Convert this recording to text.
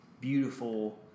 beautiful